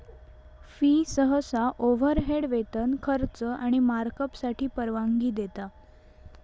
fee सहसा overhead, वेतन, खर्च आणि मार्कअपसाठी परवानगी देता